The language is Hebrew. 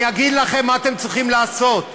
אני אגיד לכם מה אתם צריכים לעשות.